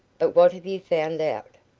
but what have you found out?